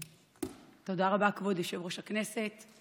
תודה רבה, כבוד יושב-ראש הכנסת.